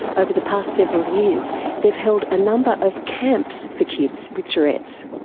over the past several years they've held a number of camps for kids with tourette's.